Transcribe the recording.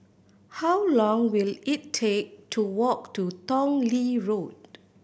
how long will it take to walk to Tong Lee Road